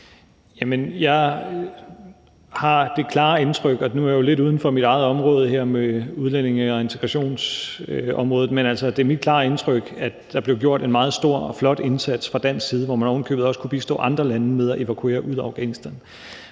Rasmus Stoklund (S): Nu er jeg jo lidt uden for mit eget område her med udlændinge- og integrationsområdet, men det er mit klare indtryk, at der blev gjort en meget stor og flot indsats fra dansk side, hvor man ovenikøbet også kunne bistå andre lande med at evakuere ud af Afghanistan.